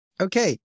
Okay